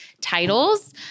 titles